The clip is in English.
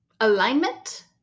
alignment